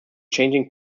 changing